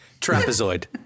Trapezoid